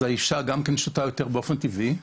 האישה שותה יותר באופן טבעי.